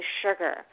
sugar